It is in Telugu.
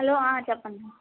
హలో చెప్పండి